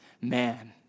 man